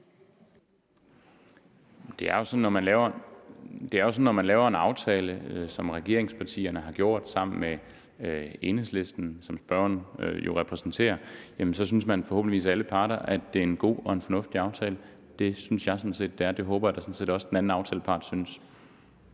Det er jo sådan, at når man laver en aftale, som regeringspartierne har gjort sammen med Enhedslisten, som spørgeren jo repræsenterer, synes alle parter forhåbentlig, at det er en god og en fornuftig aftale. Det synes jeg sådan set det er, og det håber jeg da sådan set også at den anden aftalepart synes.